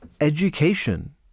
education